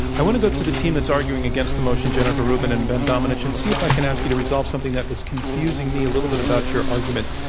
i want to go to the team that's arguing against the motion, jennifer rubin and ben domenech, and see if i can ask you to resolve something that is confusing me a little bit about your argument.